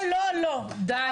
לא, לא, לא, דיי.